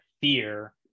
fear